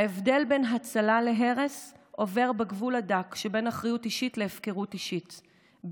ההבדל בין הצלה להרס עובר בגבול הדק שבין אחריות אישית להפקרות אישית,